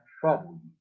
trouble